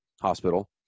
hospital